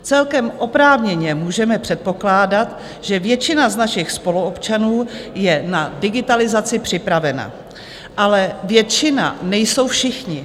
Celkem oprávněně můžeme předpokládat, že většina z našich spoluobčanů je na digitalizaci připravena, ale většina nejsou všichni.